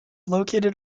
located